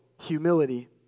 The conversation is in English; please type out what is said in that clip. humility